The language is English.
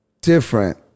different